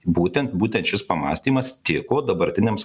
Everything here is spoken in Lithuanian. būtent būtent šis pamąstymas tiko dabartiniams